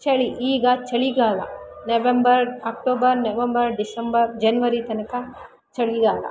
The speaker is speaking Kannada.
ಚಳಿ ಈಗ ಚಳಿಗಾಲ November October November December January ತನಕ ಚಳಿಗಾಲ